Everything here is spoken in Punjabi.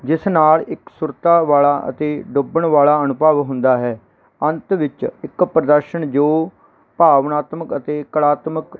ਜਿਸ ਨਾਲ ਇਕਸੁਰਤਾ ਵਾਲਾ ਅਤੇ ਡੁੱਬਣ ਵਾਲਾ ਅਨੁਭਵ ਹੁੰਦਾ ਹੈ ਅੰਤ ਵਿੱਚ ਇੱਕ ਪ੍ਰਦਰਸ਼ਨ ਜੋ ਭਾਵਨਾਤਮਕ ਅਤੇ ਕਲਾਤਮਕ